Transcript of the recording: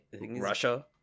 Russia